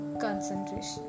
concentration